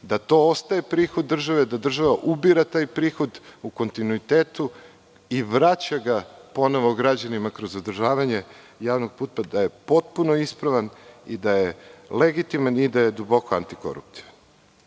da to ostaje prihod države, da država ubira taj prihod u kontinuitetu i vraća ga ponovo građanima kroz održavanje javnog puta, da je potpuno ispravan, da je legitiman i da je duboko antikoruptivan. Da